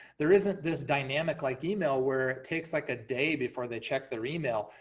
there isn't this dynamic like email, where it takes like a day before they check their email,